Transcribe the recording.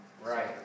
Right